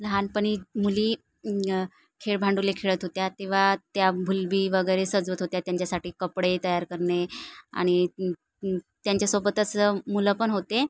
लहाणपणी मुली खेळ भांडवले खेळत होत्या तेव्हा त्या भुलबी वगैरे सजवत होत्या त्यांच्यासाठी कपडे तयार करणे आणि त्यांच्यासोबतच मुलं पण होते